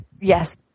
Yes